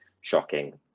shocking